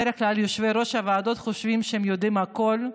בדרך כלל יושבי-ראש הוועדות חושבים שהם יודעים הכול.